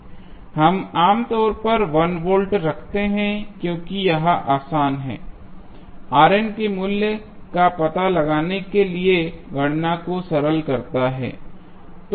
हम आमतौर पर 1 वोल्ट रखते हैं क्योंकि यह आसान है के मूल्य का पता लगाने के लिए गणना को सरल करता है